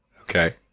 Okay